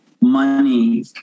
money